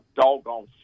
doggone